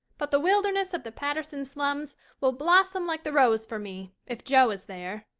but the wilderness of the patterson slums will blossom like the rose for me if jo is there.